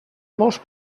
molts